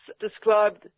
described